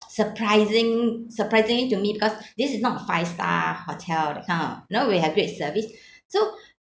surprising surprisingly to me because this is not a five star hotel the kind of you know we have great service so